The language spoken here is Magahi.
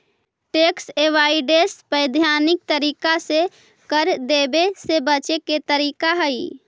टैक्स अवॉइडेंस वैधानिक तरीका से कर देवे से बचे के तरीका हई